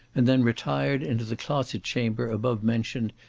and then retired into the closet-chamber above mentioned,